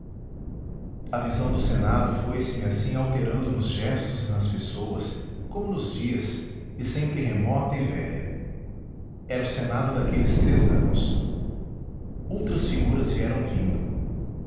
a visão do senado foi-se-me assim alterando nos gestos e nas pessoas como nos dias e sempre remota e velha era o senado daqueles três anos outras figuras vieram vindo